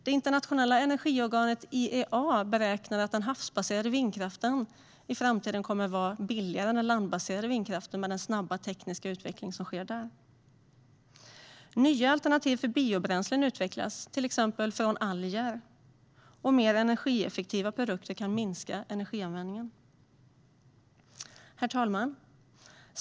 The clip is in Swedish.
Det internationella energiorganet IEA beräknar att den havsbaserade vindkraften i framtiden kommer att vara billigare än den landbaserade vindkraften, med den snabba tekniska utveckling som sker där. Nya alternativ för biobränslen utvecklas, till exempel från alger, och mer energieffektiva produkter kan minska energianvändningen. Herr talman!